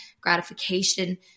gratification